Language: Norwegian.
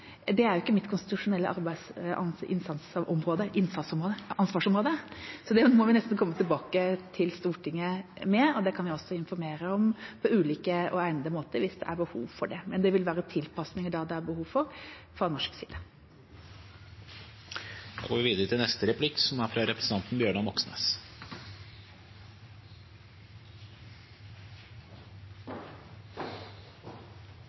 er jo ikke mitt konstitusjonelle ansvarsområde, så det må vi nesten komme tilbake til Stortinget med, og det kan vi også informere om på ulike og egnede måter hvis det er behov for det. Men det vil være tilpasninger der det er behov for det, fra norsk side. Takk for innlegg og svar. Vi forstår også ønsket og behovet for å stå sammen med andre land. Så er